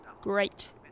Great